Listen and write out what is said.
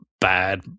bad